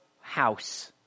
house